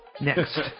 next